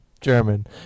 German